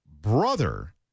brother